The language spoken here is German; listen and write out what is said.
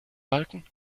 balken